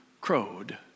crowed